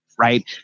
right